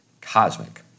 cosmic